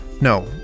no